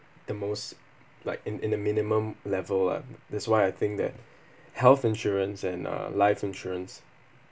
the most like in in the minimum level and that's why I think that health insurance and uh life insurance